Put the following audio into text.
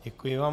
Děkuji vám.